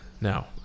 Now